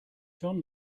john